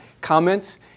comments